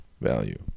value